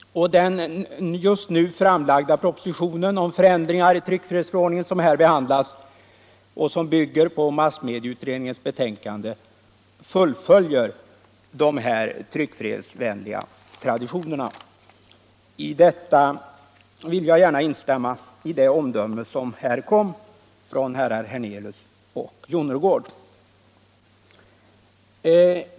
Propositionen om förändringar i tryckfrihetsförordningen som nu behandlas och som bygger på massmedieutredningens betänkande fullföljer de tryckfrihetsvänliga traditionerna. Här vill jag gärna instämma i det omdöme som kom från herrar Hernelius och Jonnergård.